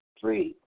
Three